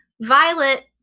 Violet